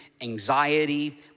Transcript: anxiety